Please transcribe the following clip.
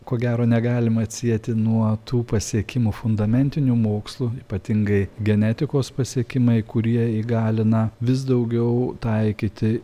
ko gero negalima atsieti nuo tų pasiekimų fundamentinių mokslų ypatingai genetikos pasiekimai kurie įgalina vis daugiau taikyti